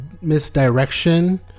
misdirection